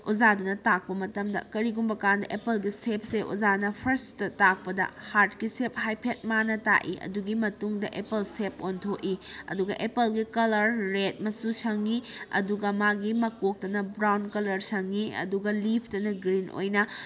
ꯑꯣꯖꯥꯗꯨꯅ ꯇꯥꯛꯄ ꯃꯇꯝꯗ ꯀꯔꯤꯒꯨꯝꯕ ꯀꯥꯟꯗ ꯑꯦꯄꯜꯒꯤ ꯁꯦꯞꯁꯦ ꯑꯣꯖꯥꯅ ꯐꯥꯔꯁꯇ ꯇꯥꯛꯄꯗ ꯍꯥꯔꯠꯀꯤ ꯁꯦꯞ ꯍꯥꯏꯐꯦꯠ ꯃꯥꯟꯅ ꯇꯥꯛꯏ ꯑꯗꯨꯒꯤ ꯃꯇꯨꯡꯗ ꯑꯦꯄꯜ ꯁꯦꯞ ꯑꯣꯟꯊꯣꯛꯏ ꯑꯗꯨꯒ ꯑꯦꯄꯜꯒꯤ ꯀꯜꯂꯔ ꯔꯦꯠ ꯃꯆꯨ ꯁꯪꯉꯤ ꯑꯗꯨꯒ ꯃꯥꯒꯤ ꯃꯀꯣꯛꯇꯅ ꯕꯔꯥꯎꯟ ꯀꯜꯂꯔ ꯁꯪꯉꯤ ꯑꯗꯒ ꯂꯤꯐꯇꯅ ꯒꯔꯤꯟ ꯑꯣꯏꯅ